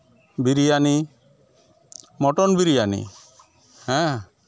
biryani mutton biryani ᱦᱮᱸ